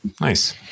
Nice